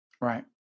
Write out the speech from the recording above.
Right